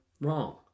wrong